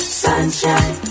sunshine